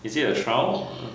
is it a trial